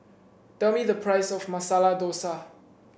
tell me the price of Masala Dosa